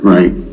Right